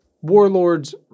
warlords